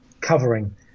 covering